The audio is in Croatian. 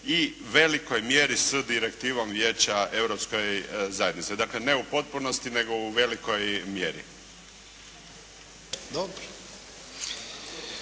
i velikoj mjeri s direktivom Vijeća Europske zajednice. Dakle, ne u potpunosti, nego u velikoj mjeri.